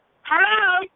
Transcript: Hello